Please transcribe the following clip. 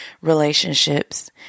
relationships